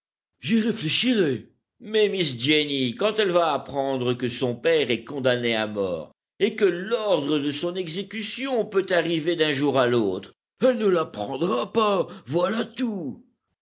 j'y réfléchirai mais miss jenny quand elle va apprendre que son père est condamné à mort et que l'ordre de son exécution peut arriver d'un jour à l'autre elle ne l'apprendra pas voilà tout